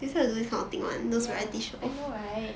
ya I know right